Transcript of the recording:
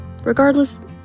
Regardless